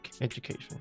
education